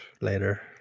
later